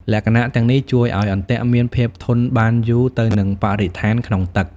លក្ខណៈទាំងនេះជួយឲ្យអន្ទាក់មានភាពធន់បានយូរទៅនឹងបរិស្ថានក្នុងទឹក។